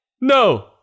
No